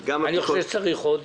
אני חושב שצריך עוד,